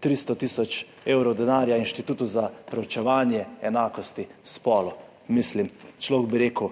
300 tisoč evrov denarja Inštitutu za preučevanje enakosti spolov. Mislim, človek bi rekel,